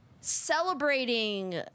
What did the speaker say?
celebrating